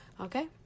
okay